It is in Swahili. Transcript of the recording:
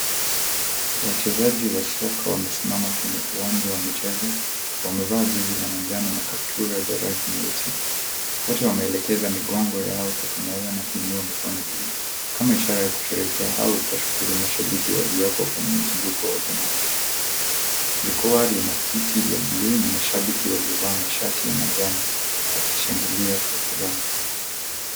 Wachezaji wa soka wamesimama kwenye uwanja wa michezo wamevaa jezi la manjano na kaptura za rangi nyeusi wote wameelekeza migongo yao kwa kamera na kuinua mikono juu kama ishara ya kusherekea au kuwashukuru mashabiki walioko kwenye mzunguko pamoja nao, vikoa lina viti vya bluu na mashabiki waliovaa mashati ya manjano wakishangilia kwa furaha.